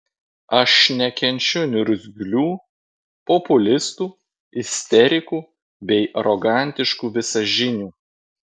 aš nekenčiu niurzglių populistų isterikų bei arogantiškų visažinių